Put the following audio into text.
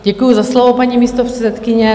Děkuji za slovo, paní místopředsedkyně.